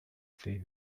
they